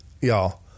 Y'all